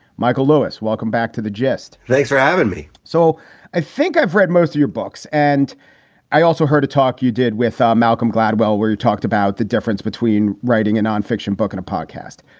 michael lewis, welcome back to the gist. thanks for having me. so i think i've read most of your books, and i also heard a talk you did with um malcolm gladwell, where you talked about the difference between writing a non-fiction book in and a podcast.